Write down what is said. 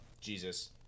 Jesus